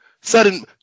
sudden